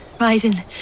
rising